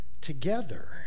together